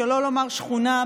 שלא לומר שכונה,